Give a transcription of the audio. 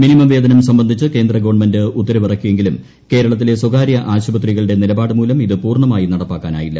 minimum വേതനം സംബന്ധിച്ച് കേന്ദ്രഗവൺമെന്റ് ഉത്തരവിറക്കിയെങ്കിലും കേരളത്തിലെ സ്വകാര്യ ആശുപത്രികളുടെ നിലപാട് മൂലം ഇത് പൂർണ്ണമായി നടപ്പാക്കാനായില്ല